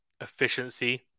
efficiency